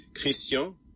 Christian